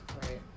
Right